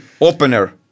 opener